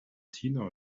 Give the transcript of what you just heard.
tina